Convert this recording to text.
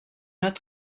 not